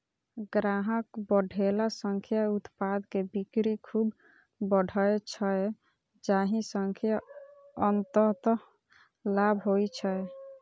ग्राहक बढ़ेला सं उत्पाद के बिक्री खूब बढ़ै छै, जाहि सं अंततः लाभ होइ छै